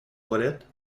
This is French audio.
toilettes